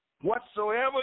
Whatsoever